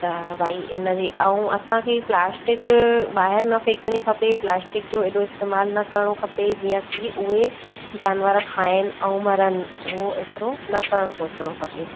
त भई इन जी ऐं असांखे प्लास्टिक ॿाहिरि न फेकणी खपे प्लास्टिक जो एॾो इस्तेमाल न करिणो खपे जीअं की उहे जानवर खाइनि ऐं मरनि उहो एतिरो न करणु सोचिणो खपे